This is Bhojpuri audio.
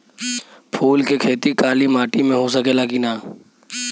फूल के खेती काली माटी में हो सकेला की ना?